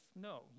No